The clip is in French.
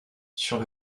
sur